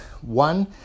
one